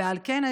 ועל כן,